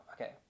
okay